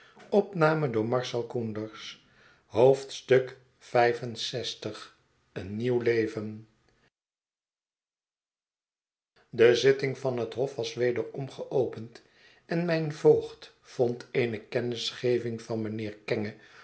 een nieuw leven de zitting van het hof was wederom geopend en mijn voogd vond eene kennisgeving van mijnheer kenge